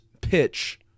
pitch